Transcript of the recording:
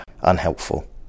unhelpful